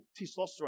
testosterone